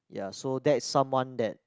ya so that's someone that